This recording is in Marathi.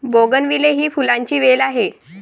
बोगनविले ही फुलांची वेल आहे